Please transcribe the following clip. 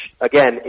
again